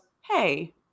Hey